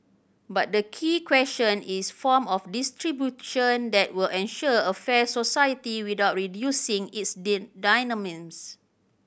but the key question is form of redistribution that will ensure a fair society without reducing its dynamism